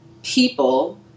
people